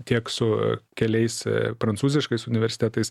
tiek su keliais prancūziškais universitetais